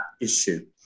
issue